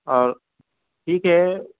اور ٹھیک ہے